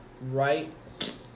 right